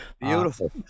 Beautiful